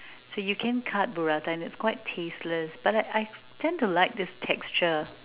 so you can cut burrata and it's quite tasteless but I I tend to like this texture